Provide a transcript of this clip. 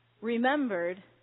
remembered